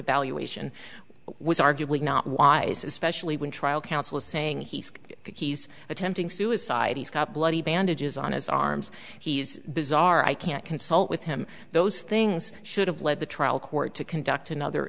you ation was arguably not wise especially when trial counsel is saying he could he's attempting suicide he's got bloody bandages on his arms he's bizarre i can't consult with him those things should have led the trial court to conduct another